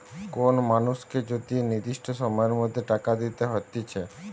কোন মানুষকে যদি নির্দিষ্ট সময়ের মধ্যে টাকা দিতে হতিছে